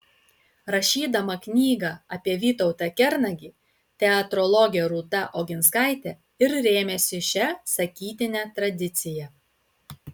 rašydama knygą apie vytautą kernagį teatrologė rūta oginskaitė ir rėmėsi šia sakytine tradicija